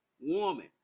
woman